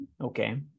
Okay